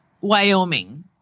Wyoming